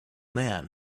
man